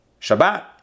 Shabbat